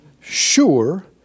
sure